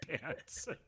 pants